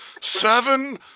Seven